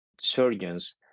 surgeons